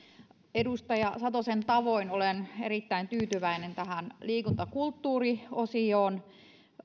edustaja satosen tavoin olen erittäin tyytyväinen tähän liikunta ja kulttuuriosioon